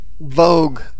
Vogue